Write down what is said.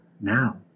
now